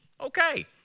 Okay